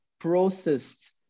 processed